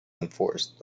enforced